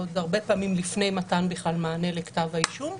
עוד הרבה פעמים לפני מתן מענה לכתב האישום,